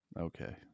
okay